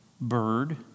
bird